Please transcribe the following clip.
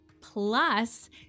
Plus